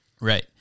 right